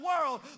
world